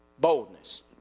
Boldness